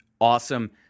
awesome –